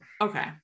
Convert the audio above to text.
Okay